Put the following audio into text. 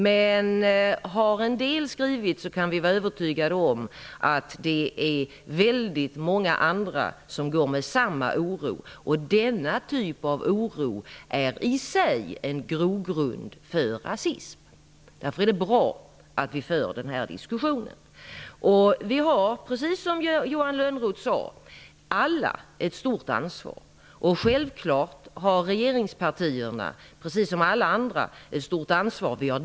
Men även om det bara är en del som har skrivit kan vi vara övertygade om att väldigt många andra bär på samma oro. Denna typ av oro är i sig en grogrund för rasism. Därför är det bra att vi för den här diskussionen. Precis som Johan Lönnroth sade har vi alla ett stort ansvar. Självklart har alltså regeringspartierna, precis som alla andra, ett stort ansvar.